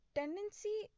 tendency